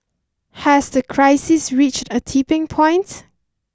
has the crisis reached a tipping point